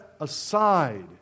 aside